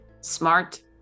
Smart